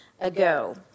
ago